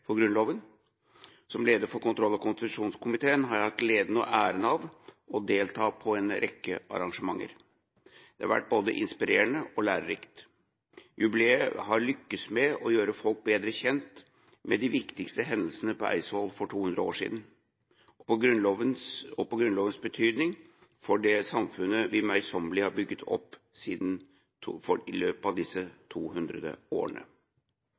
for Grunnloven. Som leder av kontroll- og konstitusjonskomiteen har jeg hatt gleden og æren av å delta på en rekke arrangementer. Det har vært både inspirerende og lærerikt. Med jubileet har man lyktes med å gjøre folk bedre kjent med de viktige hendelsene på Eidsvoll for 200 år siden og Grunnlovens betydning for det samfunnet vi møysommelig har bygget opp i løpet av disse 200 årene.